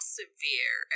severe